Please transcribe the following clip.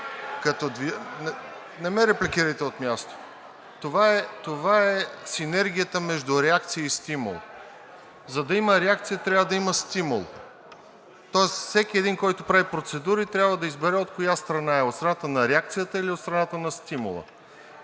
Не ме репликирайте от място. Това е синергията между реакция и стимул. За да има реакция, трябва да има стимул, тоест всеки един, който прави процедура, трябва да избере от коя страна е – от страната на реакцията или от страната на стимула.